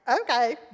okay